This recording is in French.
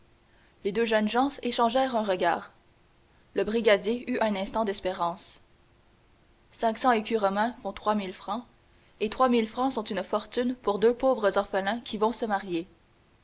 les deux jeunes gens échangèrent un regard le brigadier eut un instant d'espérance cinq cents écus romains font trois mille francs et trois mille francs sont une fortune pour deux pauvres orphelins qui vont se marier